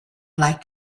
like